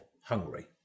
Hungary